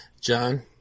John